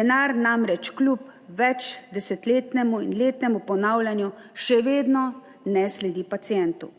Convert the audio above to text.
Denar namreč kljub več desetletnemu in letnemu ponavljanju še vedno ne sledi pacientu.